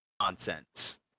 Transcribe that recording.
nonsense